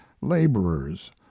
laborers